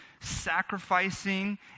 sacrificing